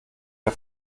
der